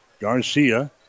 Garcia